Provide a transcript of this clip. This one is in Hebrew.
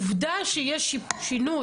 עובדה שיש שינוי,